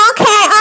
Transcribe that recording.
okay